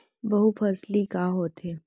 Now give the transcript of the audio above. बहुफसली खेती का होथे?